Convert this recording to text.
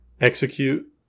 execute